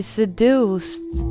seduced